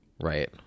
Right